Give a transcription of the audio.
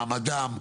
מעמדם,